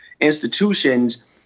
institutions